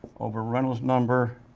over reynolds number